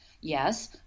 Yes